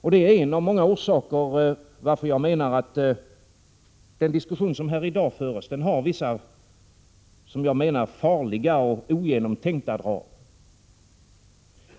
Detta är en av många orsaker till att jag menar att den diskussion som förs här i dag har vissa farliga och ogenomtänkta drag.